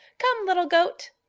come, little goat!